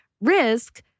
risk